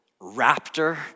raptor